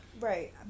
Right